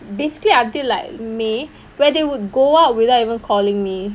basically until like may where they would go out without even calling me